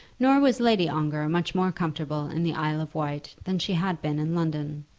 nor was lady ongar much more comfortable in the isle of wight than she had been in london.